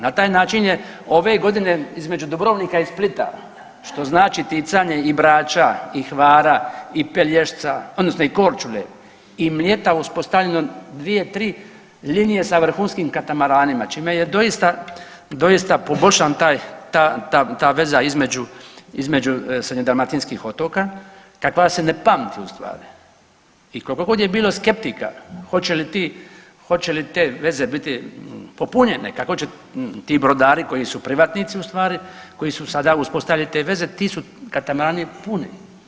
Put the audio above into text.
Na taj način je ove godine između Dubrovnika i Splita što znači ticanje i Brača i Hvara i Pelješca odnosno i Korčule i Mljeta uspostavljeno 2-3 linije sa vrhunskim katamaranima čime je doista, doista poboljšan taj, ta, ta, ta veza između, između srednjodalmatinskih otoka kakva se ne pamti u stvari i koliko god je bilo skeptika hoće li ti, hoće li te veze biti popunjene, kako će ti brodari koji su privatnici u stvari, koji su sada uspostavili te veze, ti su katamani puni.